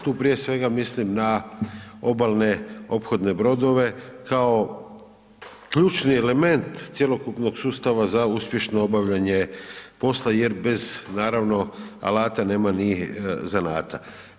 Tu prije svega mislim na obalne ophodne brodove kao ključni element cjelokupnog sustav za uspješno obavljanje posla jer bez naravno alata nema ni zanata.